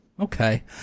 Okay